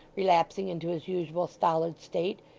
relapsing into his usual stolid state,